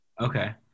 Okay